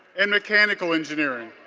and mechanical engineering,